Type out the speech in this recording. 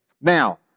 Now